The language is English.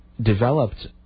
developed